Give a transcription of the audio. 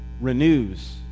renews